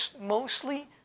mostly